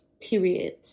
period